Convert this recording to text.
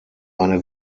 eine